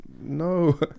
no